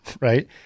right